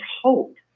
hope